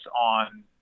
on